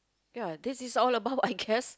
ya this is all about I guess